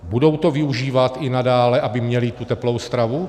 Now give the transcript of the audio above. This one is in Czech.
Budou to využívat i nadále, aby měli i nadále tu teplou stravu?